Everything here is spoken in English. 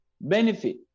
benefit